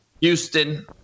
Houston